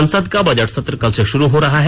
संसद का बजट सत्र कल से शुरू हो रहा है